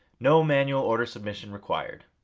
no manual order submission required.